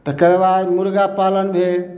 तकर बाद मुर्गा पालन भेल